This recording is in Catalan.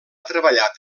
treballat